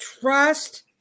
trust